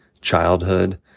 childhood